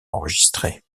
enregistré